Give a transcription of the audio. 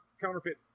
counterfeit